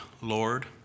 Lord